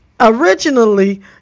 Originally